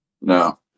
No